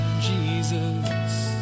jesus